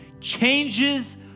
changes